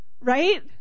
Right